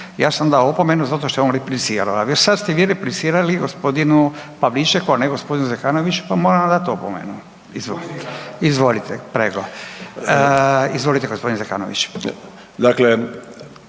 ja sam dao opomenu zato što je on replicirao. A sada ste vi replicirali gospodinu Pavličeku, a ne gospodinu Zekanoviću pa moram vam dati opomenu. Izvolite prego. Izvolite gospodine Zekanović.